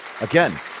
again